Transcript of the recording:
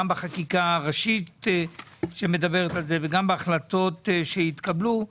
גם בחקיקה הראשית שמדברת על זה וגם בהחלטת שהתקבלו.